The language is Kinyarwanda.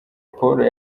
paul